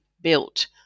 built